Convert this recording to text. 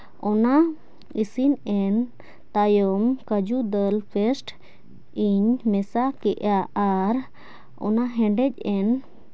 ᱚᱱᱟ ᱤᱥᱤᱱ ᱮᱱ ᱛᱟᱭᱚᱢ ᱠᱟᱹᱡᱩ ᱫᱟᱹᱞ ᱯᱮᱥᱴ ᱤᱧ ᱢᱮᱥᱟ ᱠᱮᱜᱼᱟ ᱟᱨ ᱚᱱᱟ ᱦᱮᱰᱮᱡ ᱮᱱ